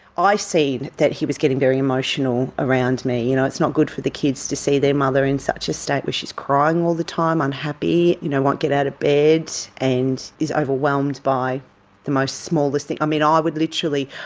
i seen that he was getting very emotional around me. you know it is not good for the kids to see their mother in such a state where she's crying all the time, unhappy, you know, won't get out bed, and is overwhelmed by the most smallest thing. i mean, ah i would literally,